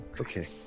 Okay